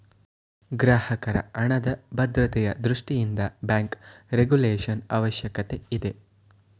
ಗ್ರಾಹಕರ ಹಣದ ಭದ್ರತೆಯ ದೃಷ್ಟಿಯಿಂದ ಬ್ಯಾಂಕ್ ರೆಗುಲೇಶನ್ ಅವಶ್ಯಕತೆ ಇದೆ